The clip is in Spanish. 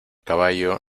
caballo